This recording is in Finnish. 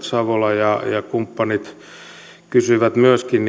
savola ja kumppanit kysyivät myöskin